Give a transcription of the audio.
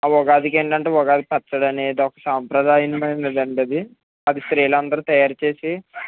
ఆ ఉగాదికి ఏంటంటే ఉగాది పచ్చడి అనేది ఒక సాంప్రదాయం మైనదండి ఇది అది స్త్రీలందరూ తయారు చేసి